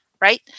Right